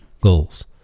goals